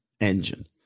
engine